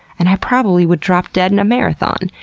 and i probably would drop dead in a marathon.